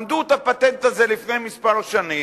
למדו את הפטנט הזה לפני כמה שנים,